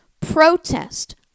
protest